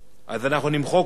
אז אנחנו נמחק אותו מהרשימה.